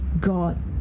God